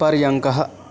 पर्यङ्कः